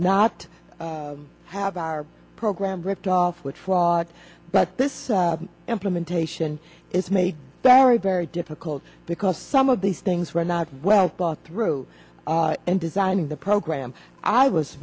not have our program ripped off with fraud but this implementation is made very very difficult because some of these things were not well thought through and designing the program i was